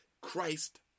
Christ